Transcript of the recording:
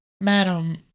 madam